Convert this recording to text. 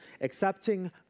Accepting